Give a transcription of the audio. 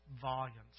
volumes